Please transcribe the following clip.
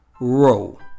roll